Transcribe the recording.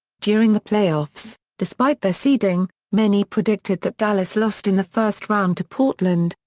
during the playoffs, despite their seeding, many predicted that dallas lost in the first round to portland,